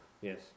Yes